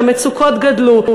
שהמצוקות גדלו,